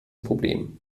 problem